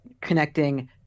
connecting